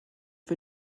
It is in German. für